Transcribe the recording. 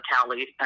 tally